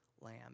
lamb